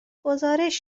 گزارش